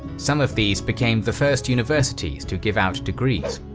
some of these became the first universities to give out degrees.